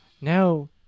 Now